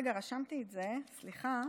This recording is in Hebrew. רגע, רשמתי את זה, סליחה.